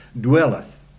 dwelleth